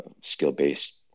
skill-based